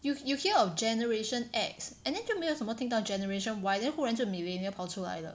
you you hear of generation X and then 就没有什么听到 generation Y then 忽然就 millenial 跑出来了